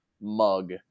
mug